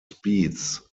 speeds